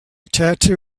tattoo